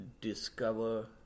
Discover